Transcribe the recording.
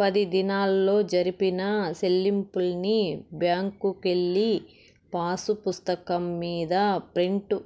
పది దినాల్లో జరిపిన సెల్లింపుల్ని బ్యాంకుకెళ్ళి పాసుపుస్తకం మీద ప్రింట్